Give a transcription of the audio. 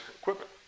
equipment